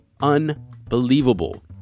unbelievable